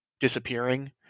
disappearing